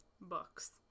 Books